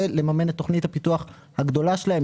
ולממן את תוכנית הפיתוח הגדולה שלהם.